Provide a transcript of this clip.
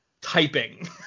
typing